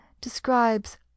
describes